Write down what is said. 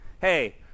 hey